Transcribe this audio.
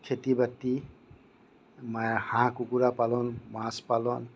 খেতি বাতি মায়ে হাঁহ কুকুৰা পালন মাছ পালন